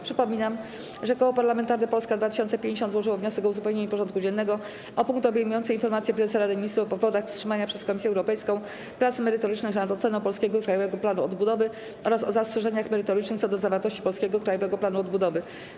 Przypominam, że Koło Parlamentarne Polska 2050 złożyło wniosek o uzupełnienie porządku dziennego o punkt obejmujący informację prezesa Rady Ministrów o powodach wstrzymania przez Komisję Europejską prac merytorycznych nad oceną polskiego Krajowego Planu Odbudowy oraz o zastrzeżeniach merytorycznych co do zawartości polskiego Krajowego Planu Odbudowy.